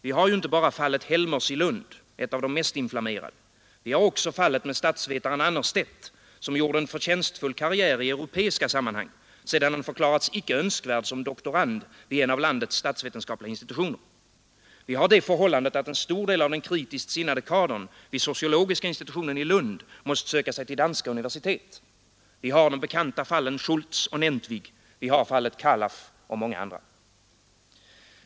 Vi har ju inte bara fallet Helmer i Lund — ett av de mest inflammerade — vi har också fallet med statsvetaren Annerstedt, som gjorde en förtjänstfull karriär i europeiska sammanhang, sedan han förklarats icke önskvärd som doktorand vid en av landets statsvetenskapliga institutioner. Vi har det förhållandet att en stor del av den kritiskt sinnade kadern vid sociologiska institutionen i Lund måst söka sig till danska universitet. Vi har de bekanta fallen Schultz och Nentwig, vi har fallet Khalaf och många andra.